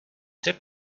telle